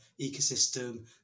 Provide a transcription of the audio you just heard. ecosystem